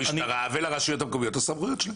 לתת לרשויות המקומיות עוד סמכויות.